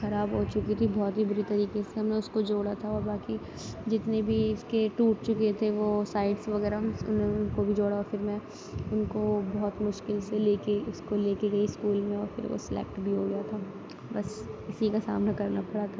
خراب ہو چکی تھی بہت ہی بری طریقے سے ہم نے اس کو جوڑا تھا باقی جتنے بھی اس کے ٹوٹ چکے تھے وہ سائٹس وغیرہ ان کو بھی جوڑا پھر میں ان کو بہت مشکل سے لے کے اس کو لے کے گئی اسکول میں اور پھر وہ سلیکٹ بھی ہو گیا تھا بس اسی کا سامنا کرنا پڑا تھا